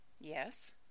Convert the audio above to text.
Yes